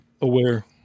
aware